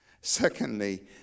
secondly